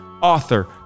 author